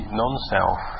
non-self